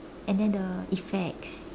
and then the effects